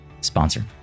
sponsor